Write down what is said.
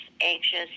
anxious